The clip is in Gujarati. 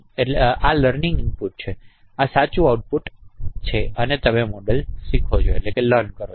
તો આ લર્નિંગ ઇનપુટ છે અને આ સાચું આઉટપુટ છે અને પછી તમે મોડેલ શીખો છો